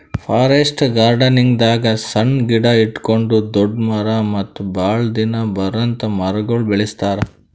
forest ಗಾರ್ಡನಿಂಗ್ದಾಗ್ ಸಣ್ಣ್ ಗಿಡ ಹಿಡ್ಕೊಂಡ್ ದೊಡ್ಡ್ ಮರ ಮತ್ತ್ ಭಾಳ್ ದಿನ ಬರಾಂತ್ ಮರಗೊಳ್ ಬೆಳಸ್ತಾರ್